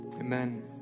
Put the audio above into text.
Amen